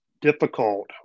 difficult